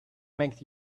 makes